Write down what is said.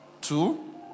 Two